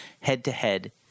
head-to-head